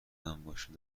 انباشته